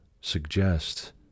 suggest